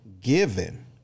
given